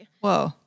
Whoa